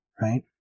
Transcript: right